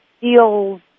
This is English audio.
feels